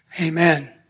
Amen